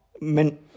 men